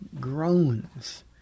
groans